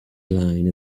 line